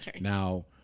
Now